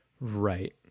right